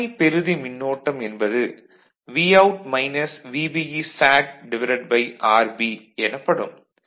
79 ≈ 34 எனவே சுமை பெறுதி மின்னோட்டம் என்பது Vout மைனஸ் VBE RB எனப்படும்